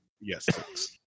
Yes